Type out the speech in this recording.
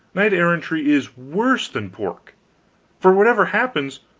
knight-errantry is worse than pork for whatever happens,